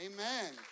Amen